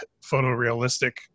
photorealistic